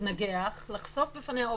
התנגחות.